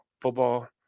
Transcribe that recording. football –